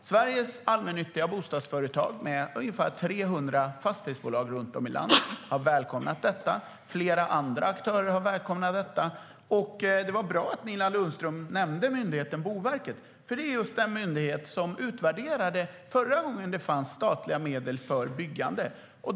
Sveriges Allmännyttiga Bostadsföretag, med ungefär 300 fastighetsbolag runt om i landet, har välkomnat detta. Flera andra aktörer har välkomnat detta. Det var bra att Nina Lundström nämnde myndigheten Boverket, för det är just den myndighet som utvärderade förra gången det fanns statliga medel för byggande.